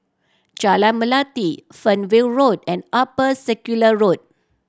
Jalan Melati Fernvale Road and Upper Circular Road